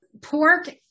pork